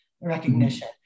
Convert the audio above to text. recognition